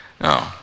No